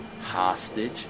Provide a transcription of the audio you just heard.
hostage